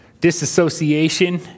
disassociation